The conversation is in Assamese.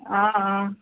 অঁ অঁ